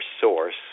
source